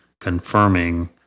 confirming